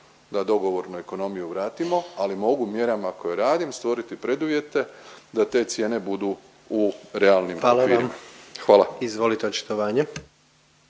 da dogovornu ekonomiju vratimo, ali mogu mjerama koje radim stvoriti preduvjete da te cijene budu u realnim okvirima …/Upadica